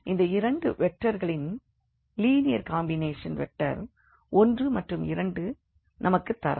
இந்த இரண்டு வெக்டர்களின் லினியர் காம்பினேஷன் வெக்டர் 1 மற்றும் 2 ஐ நமக்குத் தராது